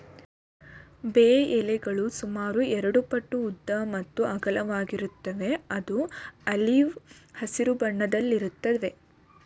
ಬೇ ಎಲೆಗಳು ಸುಮಾರು ಎರಡುಪಟ್ಟು ಉದ್ದ ಮತ್ತು ಅಗಲವಾಗಿರುತ್ವೆ ಇದು ಆಲಿವ್ ಹಸಿರು ಬಣ್ಣದಲ್ಲಿರುತ್ವೆ